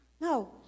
No